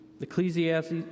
Ecclesiastes